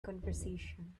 conversation